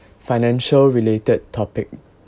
financial related topic